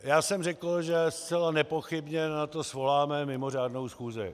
Já jsem řekl, že zcela nepochybně na to svoláme mimořádnou schůzi.